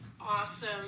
awesome